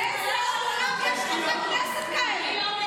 באיזה עוד עולם יש חברי כנסת כאלה?